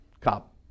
cop